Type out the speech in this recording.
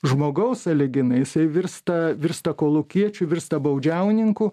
žmogaus sąlyginai jisai virsta virsta kolūkiečiu virsta baudžiauninku